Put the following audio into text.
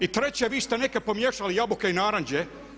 I treće, vi ste neke pomiješali jabuke i naranče.